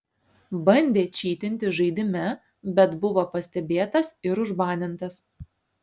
bandė čytinti žaidime bet buvo pastebėtas ir užbanintas